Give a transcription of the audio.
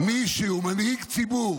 מישהו מנהיג ציבור,